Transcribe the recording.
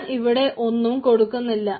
ഞാൻ ഇവിടെ ഒന്നും കൊടുക്കുന്നില്ല